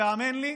והאמן לי,